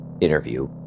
interview